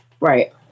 Right